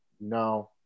no